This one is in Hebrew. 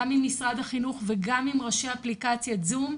גם עם משרד החינוך וגם עם ראשי אפליקציית זום,